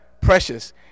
precious